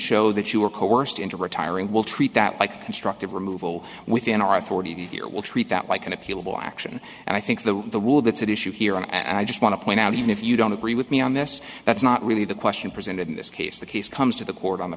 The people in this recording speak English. show that you were coerced into retiring we'll treat that like constructive removal within our authority here we'll treat that like an appealable action and i think the the wall that's at issue here and i just want to point out even if you don't agree with me on this that's not really the question presented in this case the case comes to the court on the